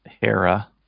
Hera